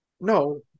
No